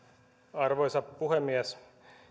arvoisa puhemies